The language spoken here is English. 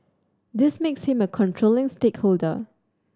this makes him a controlling stakeholder